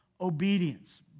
obedience